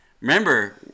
Remember